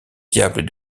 diable